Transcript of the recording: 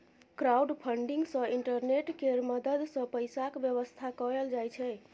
crowdfunding सँ internet केर मदद सँ पैसाक बेबस्था कएल जाइ छै